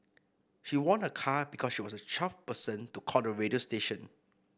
she won a car because she was the twelfth person to call the radio station